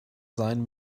seien